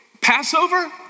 Passover